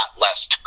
less